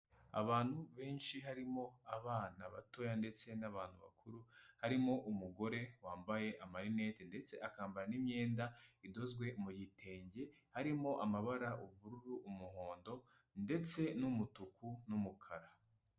Abantu benshi harimo abana batoya ndetse n'abantu bakuru, harimo umugore wambaye amarinete ndetse akambara n'imyenda idozwe mu gitenge, harimo amabara, ubururu, umuhondo ndetse n'umutuku n'umukara.